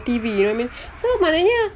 T_V you know what I mean so maknanya